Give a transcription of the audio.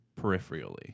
peripherally